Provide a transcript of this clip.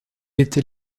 était